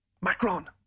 Macron